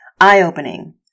Eye-opening